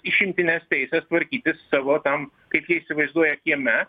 išimtines teises tvarkytis savo tam kaip jie įsivaizduoja kieme